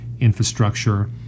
infrastructure